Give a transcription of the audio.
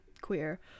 queer